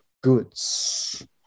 goods